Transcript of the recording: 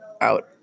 out